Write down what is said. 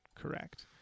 Correct